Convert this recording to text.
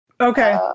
Okay